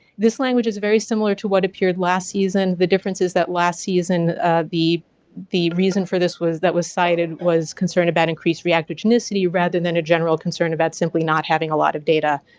this language is very similar to what appeared last season, the difference is that last season the the reason for this that was cited was concern about increased reactive adjunicity rather than a general concern about simply not having a lot of data,